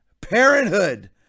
parenthood